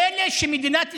פלא שמדינת ישראל,